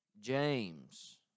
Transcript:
James